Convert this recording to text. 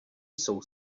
jsou